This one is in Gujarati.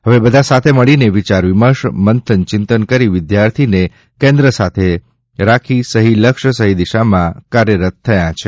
હવે બધા સાથે મળીને વિયાર વિમર્શ મંથન ચિંતન કરી વિદ્યાર્થીને કેન્દ્રસ્થાને રાખીને સહિ લક્ષ્ય સહિ દિશામાં કાર્યરત થયા છે